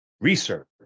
research